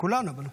כולנו.